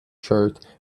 shirt